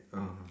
uh